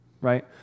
right